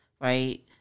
right